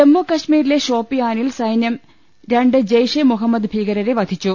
ജമ്മു കശ്മീരിലെ ഷോപ്പിയാനിൽ സൈന്യം രണ്ട് ജയ്ഷെ മുഹമ്മദ് ഭീകരരെ വധിച്ചു